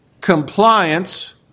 compliance